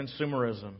consumerism